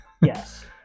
yes